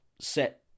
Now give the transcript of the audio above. set